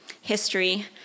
history